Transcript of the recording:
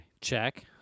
check